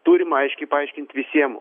turim aiškiai paaiškint visiem